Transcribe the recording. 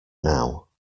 now